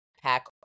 pack